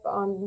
on